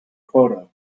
photo